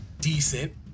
decent